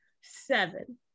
Seven